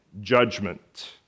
judgment